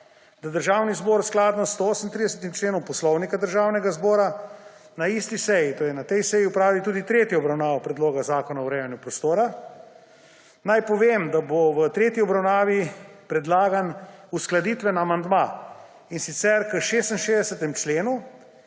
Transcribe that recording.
da Državni zbor skladno s 138. členom Poslovnika Državnega zbora na isti seji, to je na tej seji, opravi tudi tretjo obravnavo Predloga zakona o urejanju prostora. Naj povem, da bo v tretji obravnavi predlagan uskladitveni amandma, in sicer k 66. členu.